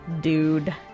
dude